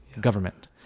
government